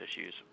issues